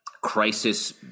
crisis